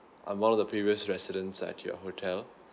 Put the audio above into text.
I'm one of the previous residents at your hotel